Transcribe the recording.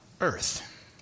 earth